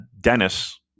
dennis